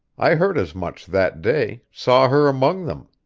i heard as much that day, saw her among them.